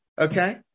okay